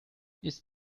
ist